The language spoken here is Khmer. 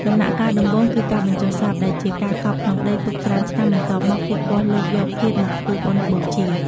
ដំណាក់កាលដំបូង គឺការបញ្ចុះសព ដែលជាការកប់ក្នុងដី ទុកច្រើនឆ្នាំ បន្ទាប់មក គេគាស់លើកយកធាតុមកធ្វើបុណ្យបូជា។